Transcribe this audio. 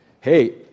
hey